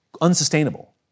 unsustainable